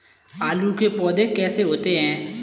आलू के पौधे कैसे होते हैं?